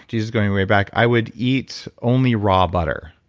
jesus, going way back, i would eat only raw butter.